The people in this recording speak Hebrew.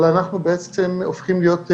אבל אנחנו בעצם הופכים להיות מנוהלים,